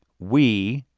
we